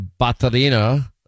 Batarina